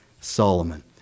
Solomon